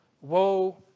Woe